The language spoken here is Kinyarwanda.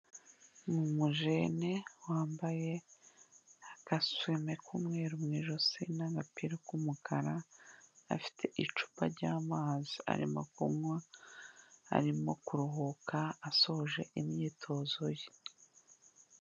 Ni umujene wambaye agaswime k'umweru mu ijosi n'agapira k'umukara, afite icupa ry'amazi arimo kunywa, arimo kuruhuka asoje imyitozo ye.